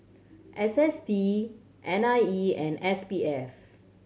S S T N I E and S P F